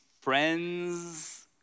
friends